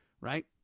Right